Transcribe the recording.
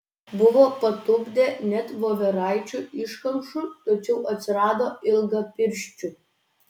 buvo patupdę net voveraičių iškamšų tačiau atsirado ilgapirščių